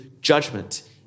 judgment